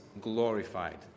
glorified